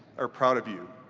are proud of you.